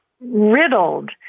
riddled